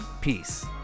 peace